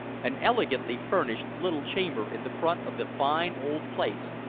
an elegantly furnished little chamber in the front of the fine old place,